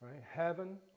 Heaven